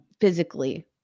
physically